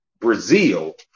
Brazil